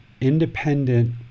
independent